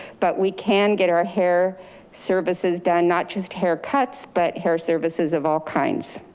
but we can get our hair services done, not just hair cuts, but hair services of all kinds.